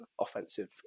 offensive